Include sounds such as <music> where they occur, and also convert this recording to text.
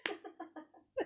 <laughs>